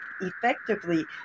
effectively